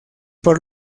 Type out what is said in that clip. por